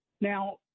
Now